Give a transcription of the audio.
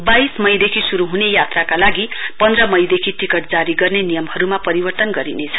बाइस मईदेखि श्रु हुने यात्रा का लागि पन्ध्र मईदेखि टिक्ट जारी गर्ने नियमहरुमा परिवर्तन गरिनेछ